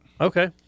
Okay